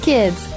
Kids